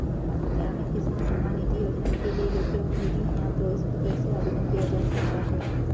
क्या मैं किसान सम्मान निधि योजना के लिए योग्य हूँ यदि हाँ तो इसको कैसे आवेदन किया जा सकता है?